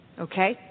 okay